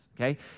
okay